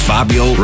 Fabio